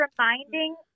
reminding